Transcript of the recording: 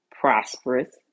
prosperous